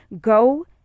go